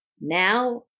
now